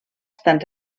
estan